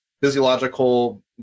physiological